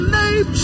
name